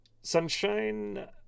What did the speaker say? sunshine